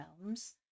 realms